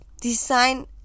design